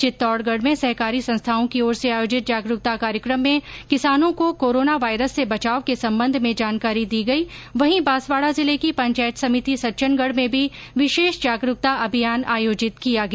चित्तौड़गढ़ में सहकारी संस्थाओं की ओर से आयोजित जागरूकता कार्यक्रम में किसानों को कोरोना वायरस से बचाव के संबंध में जानकारी दी गई वहीं बांसवाड़ा जिले की पंचायत समिति सज्जनगढ़ में भी विशेष जागरूकता अभियान आयोजित किया गया